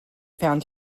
found